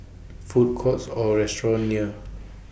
Food Courts Or restaurants near